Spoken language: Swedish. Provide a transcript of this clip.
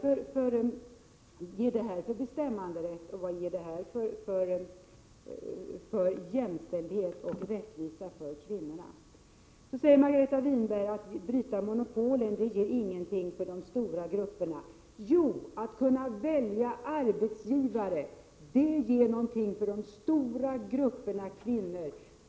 Vad ger det här för bestämmanderätt och vad ger det här för jämställdhet och rättvisa för kvinnorna? Margareta Winberg sade att de stora grupperna inte drar nytta av att monopolen på den offentliga sidan bryts. Jo, att kunna välja arbetsgivare är till fördel för de stora grupperna kvinnor.